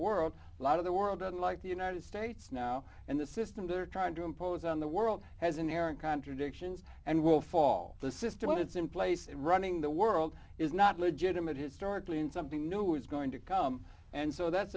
world a lot of the world unlike the united states now and the system they're trying to impose on the world has inherent contradictions and will fall the system it's in place it running the world is not legitimate historically and something new is going to come and so that's